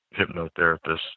hypnotherapist